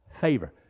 favor